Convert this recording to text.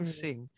sing